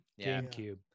GameCube